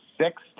six